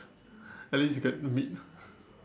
at least you get the meat